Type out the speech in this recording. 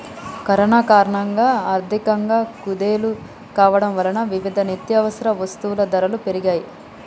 corona కారణంగా ఆర్థికంగా కుదేలు కావడం వలన వివిధ నిత్యవసర వస్తువుల ధరలు పెరిగాయ్